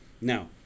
Now